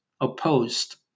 opposed